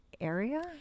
area